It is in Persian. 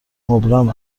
مبرم